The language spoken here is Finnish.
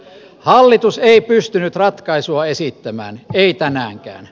hallitus ei pystynyt ratkaisua esittämään ei tänäänkään